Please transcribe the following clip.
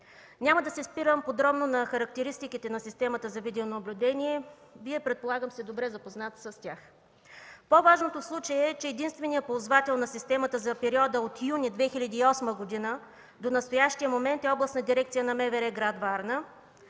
Няма да се спирам подробно на характеристиките на системата за видеонаблюдение. Предполагам, Вие сте добре запознат с тях. По-важното в случая е, че единственият ползвател на системата за периода от юни 2008 г. до настоящия момент е Областна дирекция на МВР – град Варна,